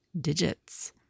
digits